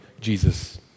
Jesus